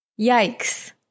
Yikes